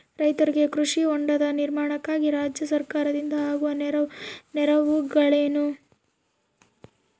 ರೈತರಿಗೆ ಕೃಷಿ ಹೊಂಡದ ನಿರ್ಮಾಣಕ್ಕಾಗಿ ರಾಜ್ಯ ಸರ್ಕಾರದಿಂದ ಆಗುವ ನೆರವುಗಳೇನು?